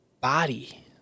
body